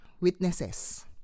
witnesses